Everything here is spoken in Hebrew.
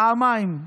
פעמיים.